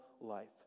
life